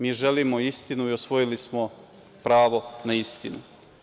Mi želimo istinu i osvojili smo pravo na istinu.